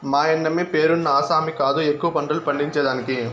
మాయన్నమే పేరున్న ఆసామి కాదు ఎక్కువ పంటలు పండించేదానికి